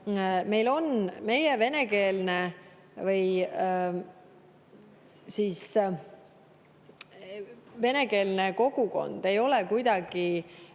meie venekeelne kogukond ei ole kuidagi